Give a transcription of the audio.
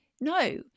No